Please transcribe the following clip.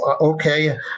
okay